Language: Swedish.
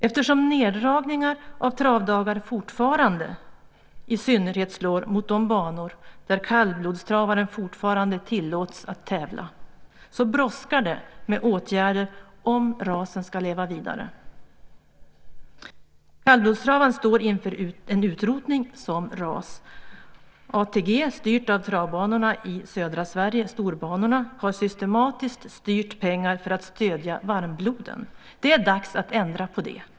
Eftersom neddragningar av antalet travdagar fortfarande i synnerhet slår mot de banor där kallblodstravaren ännu tillåts att tävla brådskar det med åtgärder om rasen ska leva vidare. Kallblodstravaren står inför en utrotning som ras. ATG - styrt av travbanorna i södra Sverige, storbanorna - har systematiskt styrt pengar för att stödja varmbloden. Det är dags att ändra på det.